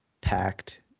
packed